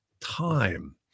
time